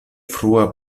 frua